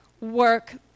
work